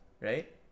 right